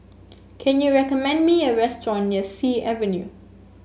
can you recommend me a restaurant near Sea Avenue